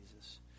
Jesus